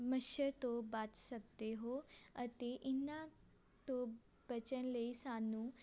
ਮੱਛਰ ਤੋਂ ਬਚ ਸਕਦੇ ਹੋ ਅਤੇ ਇਹਨਾਂ ਤੋਂ ਬਚਣ ਲਈ ਸਾਨੂੰ